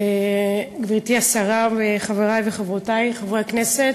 תודה רבה, גברתי השרה, חברי וחברותי חברי הכנסת,